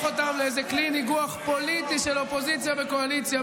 אותם לאיזה כלי ניגוח פוליטי של קואליציה ואופוזיציה.